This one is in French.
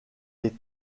les